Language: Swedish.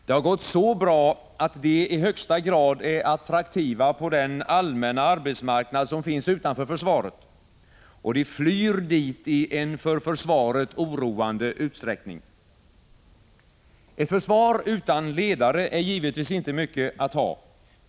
Det har gått så bra, att de i högsta grad är attraktiva på den allmänna arbetsmarknad som finns utanför försvaret — och de ”flyr” dit i en för försvaret oroande utsträckning. Ett försvar utan ledare är givetvis inte mycket att ha.